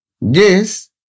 Yes